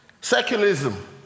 Secularism